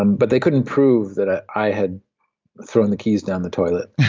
um but they couldn't prove that i i had thrown the keys down the toilet